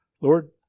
Lord